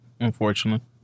unfortunately